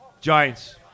Giants